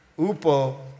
Upo